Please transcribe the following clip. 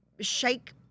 shake